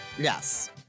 Yes